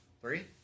three